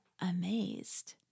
amazed